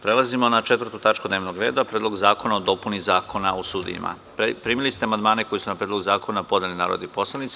Prelazimo na 4. tačku dnevnog reda – PREDLOG ZAKONA O DOPUNI ZAKONA O SUDIJAMA Primili ste amandmane koje su na Predlog zakona podneli narodni poslanici.